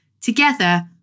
Together